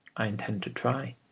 i intend to try.